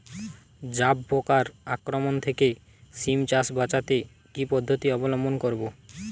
জাব পোকার আক্রমণ থেকে সিম চাষ বাচাতে কি পদ্ধতি অবলম্বন করব?